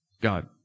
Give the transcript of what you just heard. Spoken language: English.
God